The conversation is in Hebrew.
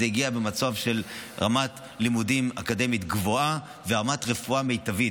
זה הגיע במצב של רמת לימודים אקדמיים גבוהה ורמת רפואה מיטבית.